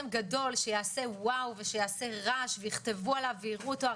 גדול שיעשה וואוו ושיעשה רעש ויכתבו עליו ויראו אותו?